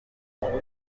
bamaze